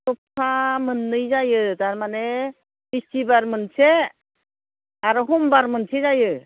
सप्ताह मोन्नै जायो थारमाने बिस्थिबार मोनसे आरो समबार मोनसे जायो